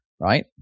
right